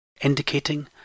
indicating